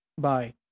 Bye